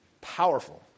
powerful